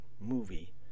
movie